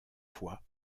fois